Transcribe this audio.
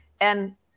and-